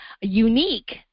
unique